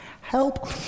Help